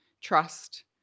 trust